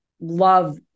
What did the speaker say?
love